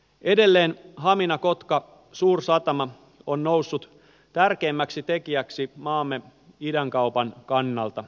edelleen haminakotka suursatama on noussut tärkeimmäksi tekijäksi maamme idänkaupan kannalta